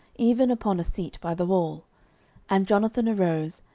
even upon a seat by the wall and jonathan arose,